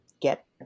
get